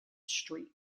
street